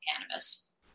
cannabis